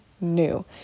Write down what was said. new